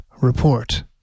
Report